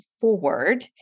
forward